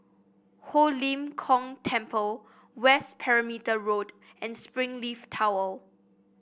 Ho Lim Kong Temple West Perimeter Road and Springleaf Tower